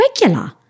regular